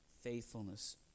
faithfulness